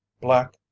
black